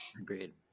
Agreed